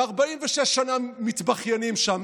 ו-46 שנה מתבכיינים שם,